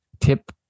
tip